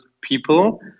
people